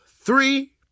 three